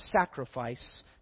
sacrifice